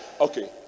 Okay